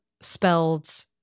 spelled